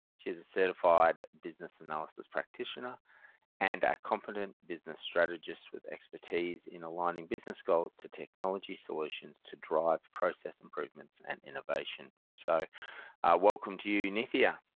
she's a certified business analysis practitioner and a competent business strategist with expertise in aligning business goals to technology solutions to drive process improvements and innovation. so welcome to you nithia